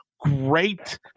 great